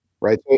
right